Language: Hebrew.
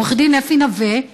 עו"ד אפי נווה,